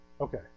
Okay